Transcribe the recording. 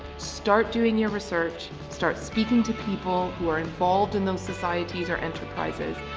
start doing your research, start speaking to people who are involved in those societies or enterprises,